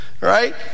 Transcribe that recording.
Right